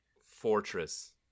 fortress